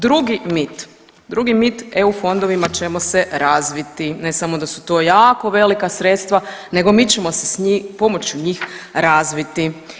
Drugi mit, drugi mit EU fondovima ćemo se razviti, ne samo da su to jako velika sredstva nego mi ćemo se pomoću njih razviti.